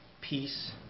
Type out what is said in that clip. peace